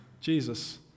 Jesus